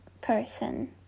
person